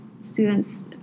students –